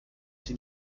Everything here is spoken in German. sie